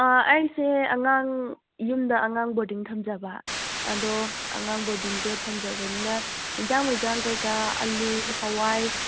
ꯑꯩꯁꯦ ꯑꯉꯥꯡ ꯌꯨꯝꯗ ꯑꯉꯥꯡ ꯕꯣꯔꯗꯤꯡ ꯊꯝꯖꯕ ꯑꯗꯣ ꯑꯉꯥꯡ ꯕꯣꯔꯗꯤꯡꯗꯣ ꯊꯝꯖꯕꯅꯤꯅ ꯏꯟꯖꯥꯡ ꯃꯩꯖꯥꯡ ꯀꯩꯀꯥ ꯑꯂꯨ ꯍꯋꯥꯏ